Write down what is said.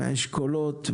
מהאשכולות,